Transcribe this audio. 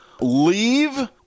Leave